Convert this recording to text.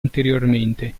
anteriormente